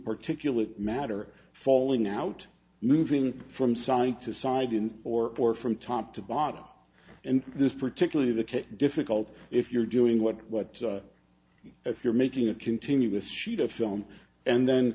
particulate matter falling out moving from side to side and or more from top to bottom and this particularly that difficult if you're doing what what if you're making a continuous sheet of film and then